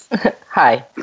Hi